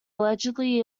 allegedly